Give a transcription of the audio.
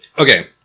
okay